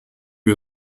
wir